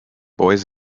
boys